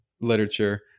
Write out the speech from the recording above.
literature